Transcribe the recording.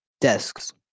desks